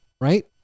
right